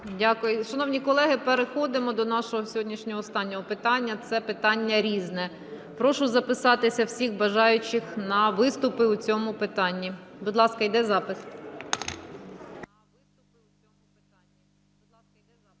Дякую. Шановні колеги, переходимо до нашого сьогоднішнього останнього питання – це питання "Різне". Прошу записатися всіх бажаючих на виступи у цьому питанні. Будь ласка, іде запис.